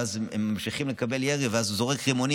ואז הם ממשיכים לקבל ירי והוא זורק רימונים